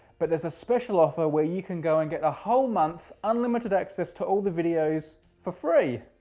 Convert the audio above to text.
but there's a special offer where you can go and get a whole month, unlimited access to all the videos for free!